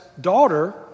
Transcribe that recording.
daughter